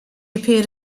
appeared